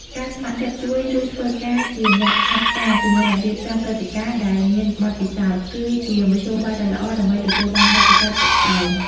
ការ ស្ម័គ្រចិត្តជួយ ឬធ្វើការជាអ្នកហាត់ការជាមួយអ្នករៀបចំព្រឹត្តិការណ៍ដែលមានបទពិសោធន៍ គឺជាមធ្យោបាយដ៏ល្អដើម្បីទទួលបានបទពិសោធន៍ជាក់ស្តែង។